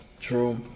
true